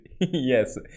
Yes